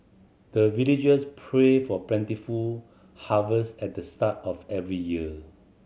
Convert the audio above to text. the villagers pray for plentiful harvest at the start of every year